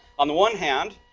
on the one hand,